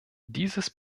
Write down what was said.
dieses